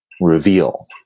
reveal